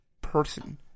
person